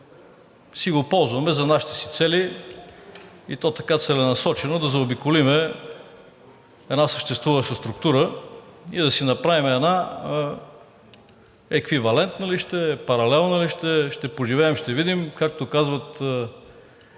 си го ползваме за нашите си цели, и то така целенасочено, да заобиколим една съществуваща структура и да си направим една еквивалентна ли ще е, паралелна ли ще е – ще поживеем и ще видим, както казват